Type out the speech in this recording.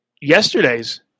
yesterday's